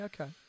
okay